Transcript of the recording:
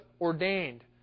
ordained